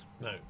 No